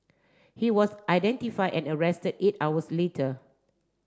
he was identify and arrested eight hours later